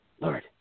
Lord